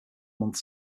months